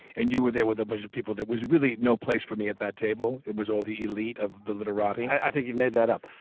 and you were there with a bunch of people. that was really no place for me at that table. it was all the elite of the literati i think you've made that up.